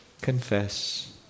Confess